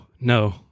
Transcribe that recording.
No